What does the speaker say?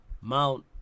Mount